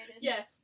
Yes